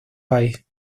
país